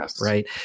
right